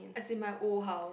as in my old house